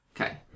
Okay